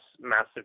massive